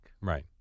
Right